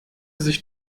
sich